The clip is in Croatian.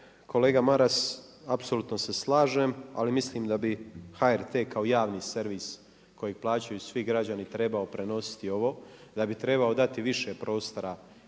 kolega Maras, apsolutno se slažem, ali mislim da bi HRT kao javni servis kojeg plaćaju svi građani trebao prenositi ovo, da bi trebao dati više prostora